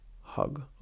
hug